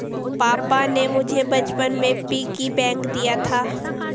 पापा ने मुझे बचपन में पिग्गी बैंक दिया था